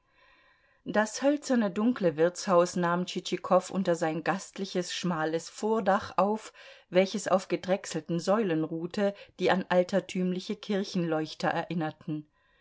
das hölzerne dunkle wirtshaus nahm tschitschikow unter sein gastliches schmales vordach auf welches auf gedrechselten säulen ruhte die an altertümliche kirchenleuchter erinnerten